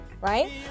right